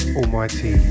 almighty